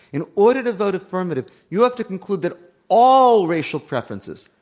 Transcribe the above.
in order to vote affirmative, you have to conclude that all racial preferences,